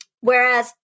whereas